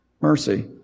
Mercy